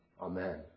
Amen